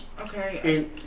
okay